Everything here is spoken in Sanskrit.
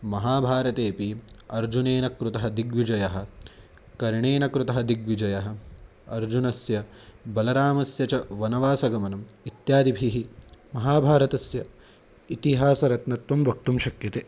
महाभारतेऽपि अर्जुनेन कृतः दिग्विजयः कर्णेन कृतः दिग्विजयः अर्जुनस्य बलरामस्य च वनवासगमनम् इत्यादिभिः महाभारतस्य इतिहासरत्नत्वं वक्तुं शक्यते